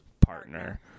partner